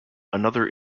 another